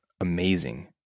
amazing